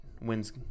wins